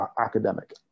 academic